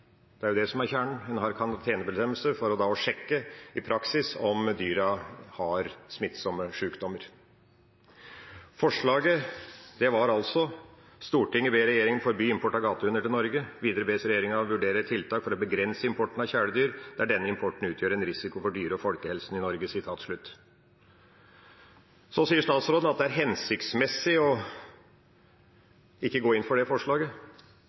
Det er det som er kjernen, en har karantenebestemmelser for å sjekke i praksis om dyra har smittsomme sykdommer. Forslaget var: «Stortinget ber regjeringen forby import av gatehunder til Norge. Videre bes regjeringen vurdere tiltak for å begrense importen av kjæledyr der denne importen utgjør en risiko for dyre- og folkehelsen i Norge.» Statsråden sier at det er hensiktsmessig ikke å gå inn for det forslaget.